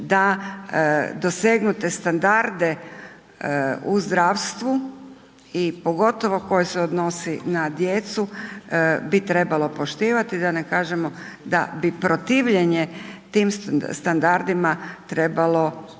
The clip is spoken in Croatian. da dosegnute standarde u zdravstvu i pogotovo koji se odnosi na djecu bi trebalo poštivati, da ne kažemo, da bi protivljenje tim standardima trebalo i